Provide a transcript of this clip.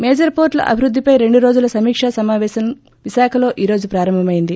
major పోర్షుల అభివృద్ధిపై రెండు రోజుల సమీకా సమాపేశం విశాఖలో ఈ రోజు ప్రారంభమైంది